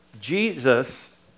Jesus